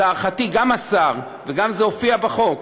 להערכתי גם השר, וגם זה הופיע בחוק,